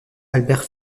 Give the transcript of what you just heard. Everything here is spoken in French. albert